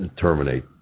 terminate